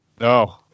No